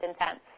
intense